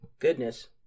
Goodness